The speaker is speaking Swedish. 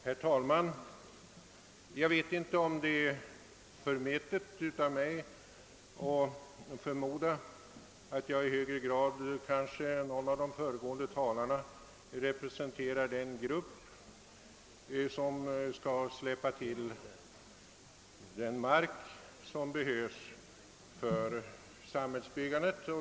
Herr talman! Jag vet inte om det är förmätet av mig att förmoda, att jag i högre grad än någon av de föregående talarna representerar den grupp som skall släppa till den mark som behövs för samhällsbyggandet.